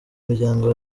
miryango